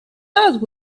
out